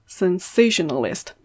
sensationalist